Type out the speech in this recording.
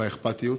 באכפתיות.